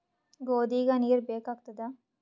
ಗೋಧಿಗ ನೀರ್ ಬೇಕಾಗತದ?